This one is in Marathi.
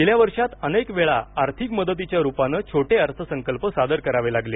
गेल्या वर्षात अनेक वेळा आर्थिक मदतीच्या रूपानं छोटे अर्थसंकल्प सादर करावे लागले